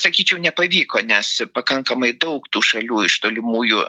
sakyčiau nepavyko nes pakankamai daug tų šalių iš tolimųjų